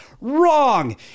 wrong